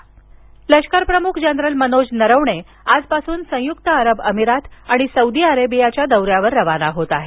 लष्करप्रमख दौरा लष्करप्रमुख जनरल मनोज नरवणे आजपासून संयुक्त अरब अभिरात आणि सौदी अरेबियाच्या दौऱ्यावर रवाना होत आहेत